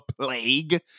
plague